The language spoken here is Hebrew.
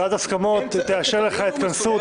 ועדת ההסכמות תאשר לך התכנסות,